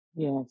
Yes